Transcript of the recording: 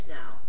now